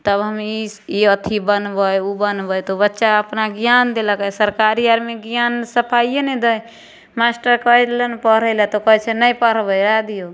तब हम ई ई अथी बनबै ओ बनबै तऽ बच्चा अपना ज्ञान देलक सरकारी आरमे ज्ञान सफाइए नहि दै मास्टर कहलनि पढ़ैलए तऽ कहै छै नहि पढ़बै रहै दिऔ